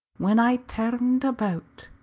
when i turned about,